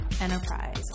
enterprise